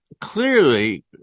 clearly